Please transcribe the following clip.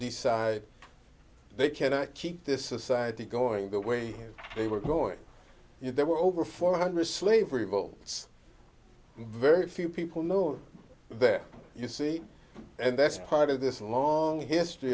decide they cannot keep this society going the way they were going there were over four hundred slave revolts very few people know that you see and that's part of this long history